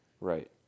Right